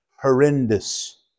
horrendous